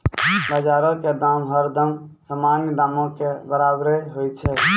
बजारो के दाम हरदम सामान्य दामो के बराबरे होय छै